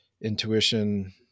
intuition